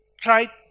try